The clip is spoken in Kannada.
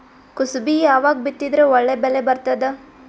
ಕುಸಬಿ ಯಾವಾಗ ಬಿತ್ತಿದರ ಒಳ್ಳೆ ಬೆಲೆ ಬರತದ?